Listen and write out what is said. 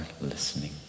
listening